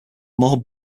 more